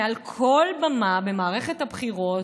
מעל כל במה במערכת הבחירות,